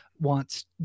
wants